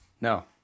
no